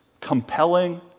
compelling